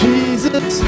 Jesus